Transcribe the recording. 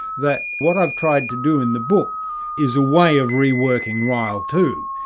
that what i've tried to do in the book is a way of reworking ryle too.